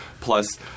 Plus